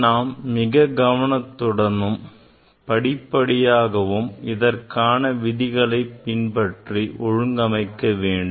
நாம் மிக கவனத்துடனும் படிப்படியாகவும் இதற்கான விதிகள் பின்பற்றி ஒழுங்கமைக்க வேண்டும்